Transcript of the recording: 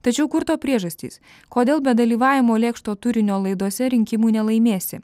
tačiau kur to priežastys kodėl be dalyvavimo lėkšto turinio laidose rinkimų nelaimėsi